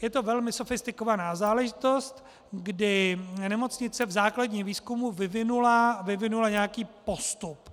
Je to velmi sofistikovaná záležitost, kdy nemocnice v základním výzkumu vyvinula nějaký postup.